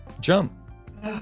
jump